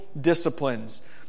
Disciplines